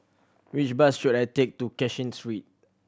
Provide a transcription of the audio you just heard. which bus should I take to Cashin sweet